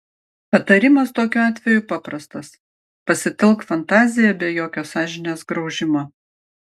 patarimas tokiu atveju paprastas pasitelk fantaziją be jokio sąžinės graužimo